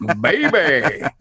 baby